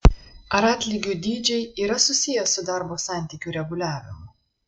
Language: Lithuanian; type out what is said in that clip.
ar atlygių dydžiai yra susiję su darbo santykių reguliavimu